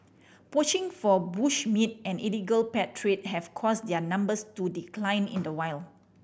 poaching for bush meat and illegal pet trade have caused their numbers to decline in the wild